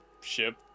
ship